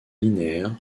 linéaire